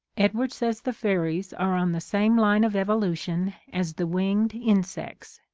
edward says the fairies are on the same line of evolution as the winged insects,